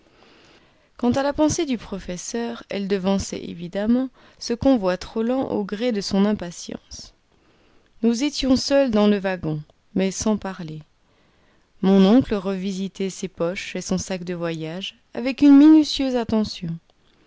quant à la pensée du professeur elle devançait évidemment ce convoi trop lent au gré de son impatience nous étions seuls dans le wagon mais sans parler mon oncle revisitait ses poches et son sac de voyage avec une minutieuse attention